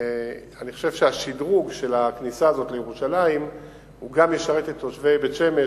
אני חושב שהשדרוג של הכניסה הזאת לירושלים ישרת גם את תושבי בית-שמש.